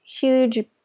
huge